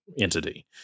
entity